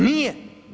Nije.